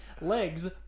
Legs